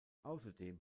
außerdem